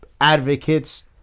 advocates